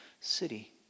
city